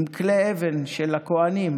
עם כלי אבן של הכוהנים,